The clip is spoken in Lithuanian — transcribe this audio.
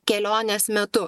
kelionės metu